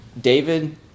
David